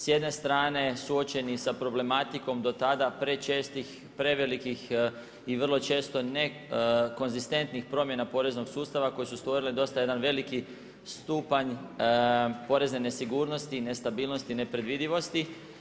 S jedne strane, suočeni s problematikom, do tak da, prečestih, prevelikih i vrlo često nekonzistentnih promjena poreznog sustava, koji su stvorili dosta jedan veliki stupanj porezne nesigurnosti, nestabilnosti, neprevodljivosti.